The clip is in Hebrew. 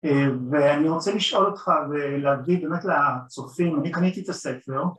ואני רוצה לשאול אותך ולהגיד רק לצופים, אני קניתי את הספר